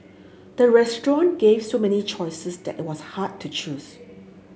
the restaurant gave so many choices that it was hard to choose